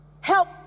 help